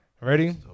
Ready